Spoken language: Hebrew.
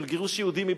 של גירוש יהודים מביתם,